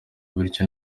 bityo